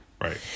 right